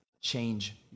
change